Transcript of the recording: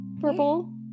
purple